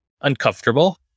uncomfortable